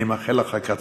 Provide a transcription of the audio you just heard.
אני מאחל לך רק הצלחה.